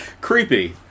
Creepy